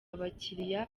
abakiriya